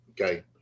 Okay